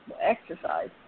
exercise